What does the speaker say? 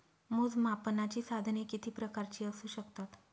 मोजमापनाची साधने किती प्रकारची असू शकतात?